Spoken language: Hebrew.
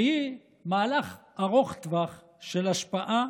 והיא מהלך ארוך טווח של השפעה